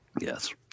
Yes